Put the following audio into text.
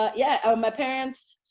yeah yeah. oh, my parents.